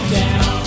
down